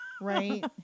Right